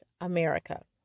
America